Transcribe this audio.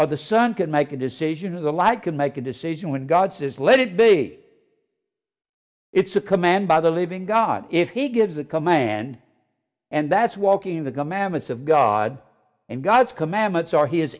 or the son can make a decision is a lie can make a decision when god says let it be it's a command by the living god if he gives a command and that's walking the commandments of god and god's commandments are his